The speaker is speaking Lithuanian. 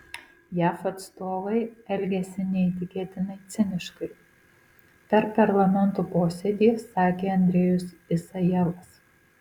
jav atstovai elgiasi neįtikėtinai ciniškai per parlamento posėdį sakė andrejus isajevas